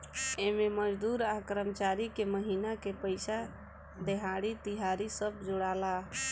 एमे मजदूर आ कर्मचारी के महिना के पइसा, देहाड़ी, तिहारी सब जोड़ाला